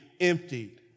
emptied